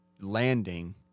landing